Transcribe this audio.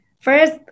first